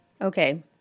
Okay